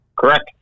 Correct